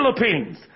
Philippines